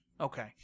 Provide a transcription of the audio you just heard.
Okay